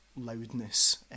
loudness